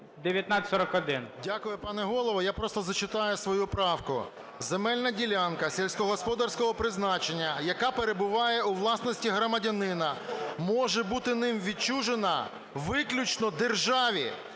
Дякую, пане Голово. Я просто зачита ю свою правку: "Земельна ділянка сільськогосподарського призначення, яка перебуває у власності громадянина, може бути ним відчужена виключно державі.